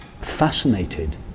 fascinated